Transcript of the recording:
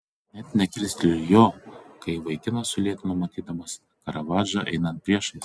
net nekilstelėjo jo kai vaikinas sulėtino matydamas karavadžą einant priešais